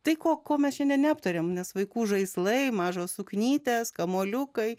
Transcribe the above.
tai ko mes šiandien neaptarėme nes vaikų žaislai mažos suknytės kamuoliukai